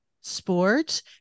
sports